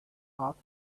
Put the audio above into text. off